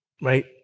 Right